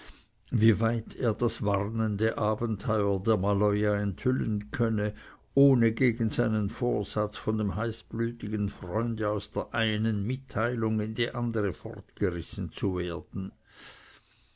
wie weit er das warnende abenteuer der maloja enthüllen könne ohne gegen seinen vorsatz von dem heißblütigen freunde aus der einen mitteilung in die andere fortgerissen zu werden